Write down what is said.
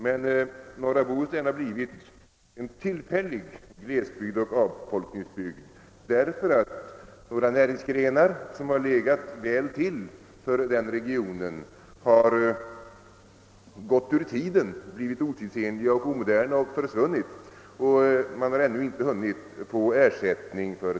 Men norra Bohuslän har blivit en tillfällig glesbygd och avfolkningsbygd, därför att några näringsgrenar som legat väl till för denna region blivit otidsenliga och försvunnit, samtidigt som det ännu inte kommit någon ersättning härför.